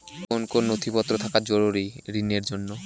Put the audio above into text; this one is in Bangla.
কোন কোন নথিপত্র থাকা জরুরি ঋণের জন্য?